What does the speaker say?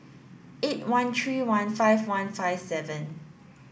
eight one three one five one five seven